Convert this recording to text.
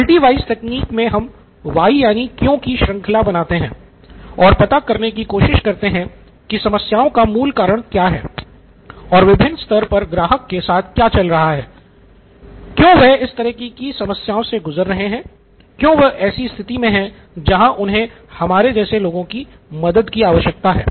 multi whys तकनीक मे हम वाइ यानि क्यों की श्रृंखला बनाते हैं और पता करने की कोशिश करते हैं की समस्याओं का मूल कारण क्या है और विभिन्न स्तर पर ग्राहक के साथ क्या चल रहा हैं क्यो वह इस तरह की समस्या से गुज़र रहे हैं क्यों वह ऐसी स्थिति में हैं जहां उन्हें हमारे जैसे लोगों से मदद की आवश्यकता है